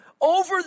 over